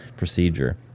procedure